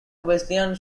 wesleyan